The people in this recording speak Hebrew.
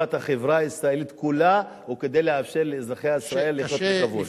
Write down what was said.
לטובת החברה הישראלית כולה וכדי לאפשר לאזרחי ישראל לחיות בכבוד.